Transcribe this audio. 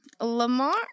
Lamar